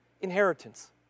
inheritance